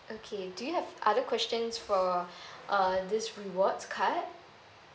okay do you have other questions for uh this rewards card